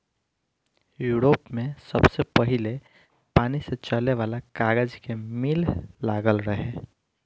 Europe में सबसे पहिले पानी से चले वाला कागज के मिल लागल रहे